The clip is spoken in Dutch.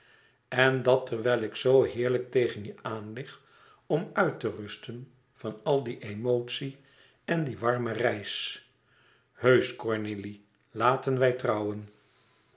en dat terwijl ik zoo heerlijk tegen je aanlig om uit te rusten van al die emotie en die warme reis heusch cornélie laten wij trouwen